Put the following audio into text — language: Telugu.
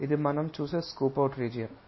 ఇది మనం చూసే స్కూప్ అవుట్ రీజియన్